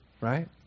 right